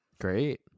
Great